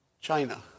China